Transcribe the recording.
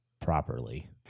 properly